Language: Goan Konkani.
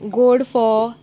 गोड फोव